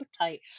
appetite